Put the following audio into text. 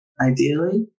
ideally